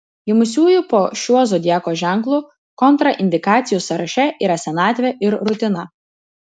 gimusiųjų po šiuo zodiako ženklu kontraindikacijų sąraše yra senatvė ir rutina